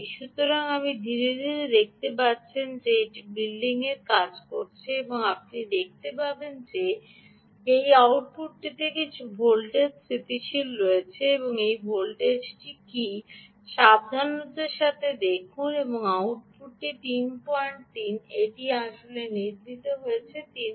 সুতরাং আপনি ধীরে ধীরে দেখতে পাচ্ছেন এটি বিল্ডিং করছে এবং আপনি দেখতে পাবেন যে এটি আউটপুটটিতে কিছু ভোল্টেজ স্থিতিশীল হয়েছে এবং সেই ভোল্টেজটি কী সাবধানতার সাথে দেখুন এই আউটপুটটি 33 এটি আসলে নির্মিত হয়েছে 33